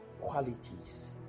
qualities